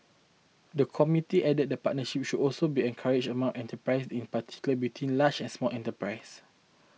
the committee added that partnerships should also be encouraged among enterprise in particular between large and small enterprise